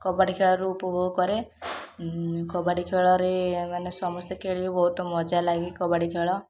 କବାଡ଼ି ଖେଳରୁ ଉପଭୋଗ କରେ କବାଡ଼ି ଖେଳରେ ମାନେ ସମସ୍ତେ ଖେଳିକି ବହୁତ ମଜା ଲାଗେ କବାଡ଼ି ଖେଳ